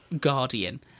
Guardian